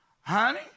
Honey